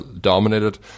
dominated